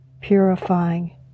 purifying